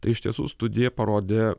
tai iš tiesų studija parodė